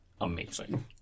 amazing